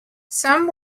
some